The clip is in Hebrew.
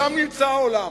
שם נמצא העולם.